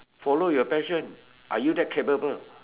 follow your passion are you that capable